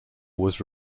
was